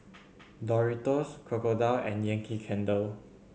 Doritos Crocodile and Yankee Candle